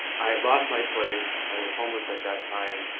i had lost my place, i was homeless at that time.